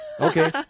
Okay